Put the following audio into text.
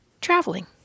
traveling